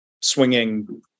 swinging